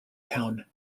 town